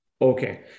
Okay